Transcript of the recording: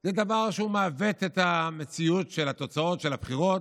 זה דבר שמעוות את המציאות של התוצאות של הבחירות,